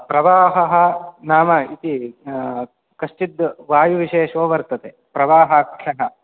प्रवाहः नाम इति कश्चित् वायुविशेषो वर्तते प्रवाहाख्यः